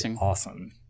awesome